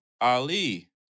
Ali